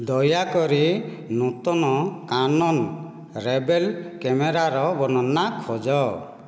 ଦୟାକରି ନୂତନ Canon Rebel କ୍ୟାମେରାର ବର୍ଣ୍ଣନା ଖୋଜ